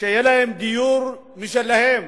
שיהיה להם דיור משלהם